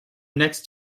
next